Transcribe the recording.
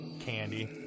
candy